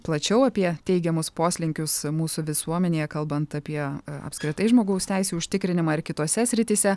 plačiau apie teigiamus poslinkius mūsų visuomenėje kalbant apie apskritai žmogaus teisių užtikrinimą ir kitose srityse